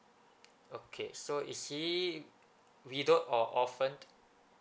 okay so is he windowed or orphaned